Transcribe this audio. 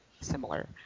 similar